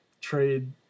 trade